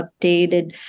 updated